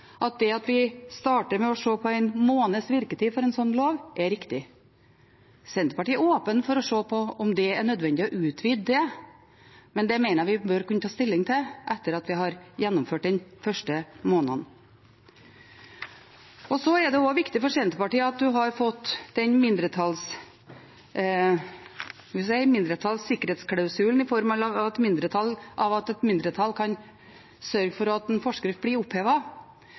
at det at vi starter med å se på én måneds virketid for en slik lov, er riktig. Senterpartiet er åpne for å se på om det er nødvendig å utvide det, men det mener jeg vi bør kunne ta stilling til etter at vi har gjennomført den første måneden. Det er også viktig for Senterpartiet at en har fått den – hva skal jeg si – mindretallssikkerhetsklausulen, i form av at et mindretall kan sørge for at en forskrift blir